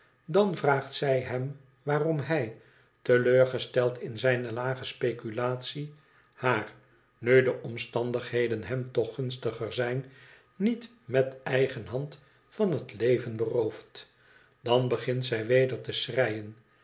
dan vraagt zij hem waarom hij te leur gesteld in zijne lage speculatie haar nu de omstandigheden hem toch gunstig zijn niet met eigen hand van het leven berooft dan begint zij weder te schreien